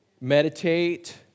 meditate